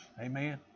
Amen